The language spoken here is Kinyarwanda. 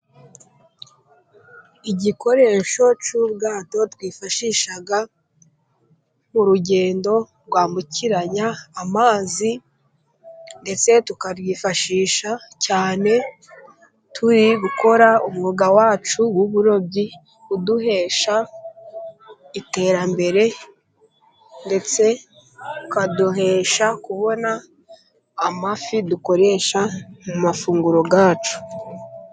Igikoresho cy'ubwato twifashisha mu rugendo rwambukiranya amazi. Ndetse tukacyifashisha cyane turi gukora umwuga wacu w'uburobyi uduhesha iterambere, ndetse ukaduhesha kubona amafi dukoresha mu mafunguro yacu.